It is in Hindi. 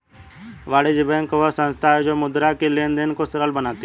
वाणिज्य बैंक वह संस्था है जो मुद्रा के लेंन देंन को सरल बनाती है